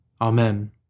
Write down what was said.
Amen